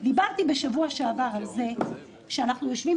דיברתי בשבוע שעבר על כך שאנחנו יושבים